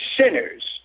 sinners